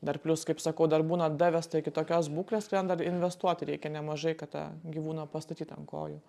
dar plius kaip sakau dar būna davesta iki tokios būklės kurią dar investuoti reikia nemažai kad tą gyvūną pastatyt ant kojų